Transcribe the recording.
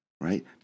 right